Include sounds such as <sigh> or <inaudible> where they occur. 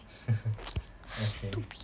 <laughs> okay